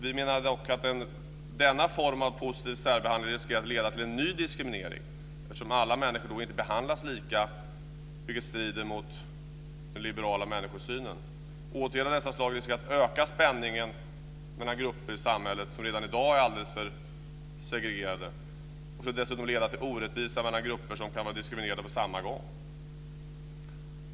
Vi menar dock att den formen av positiv särbehandling riskerar att leda till en ny diskriminering eftersom inte alla människor då behandlas lika, vilket strider mot den liberala människosynen. Åtgärder av detta slag riskerar att öka spänningen mellan grupper i samhället som redan i dag är alldeles för segregerade. De skulle dessutom leda till orättvisa mellan grupper som kan vara diskriminerade på samma gång.